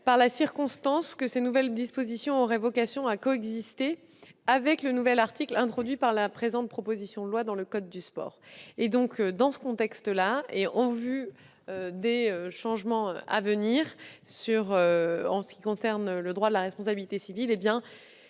par le fait que ces nouvelles dispositions auraient vocation à coexister avec le nouvel article introduit par la présente proposition de loi dans le code du sport. Aussi, dans ce contexte et eu égard aux changements à venir sur le droit de la responsabilité civile,